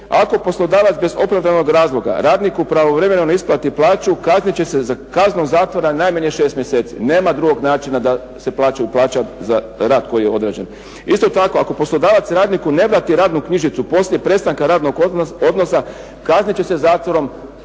ako poslodavac bez opravdanog razloga radniku pravovremeno ne isplati plaću kaznit će se kaznom zatvora najmanje 6 mjeseci, nema drugog načina da se plaćaju plaće za rad koji je određen. Isto tako ako poslodavac radniku ne vrati radnu knjižicu poslije prestanka radnog odnosa kaznit će se zatvorom